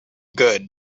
good